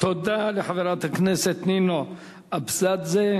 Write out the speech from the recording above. תודה לחברת הכנסת נינו אבסדזה.